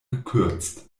gekürzt